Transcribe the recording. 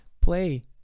Play